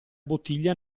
bottiglia